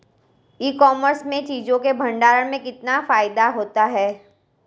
ई commerce में चीज़ों के भंडारण में कितना फायदा होता है?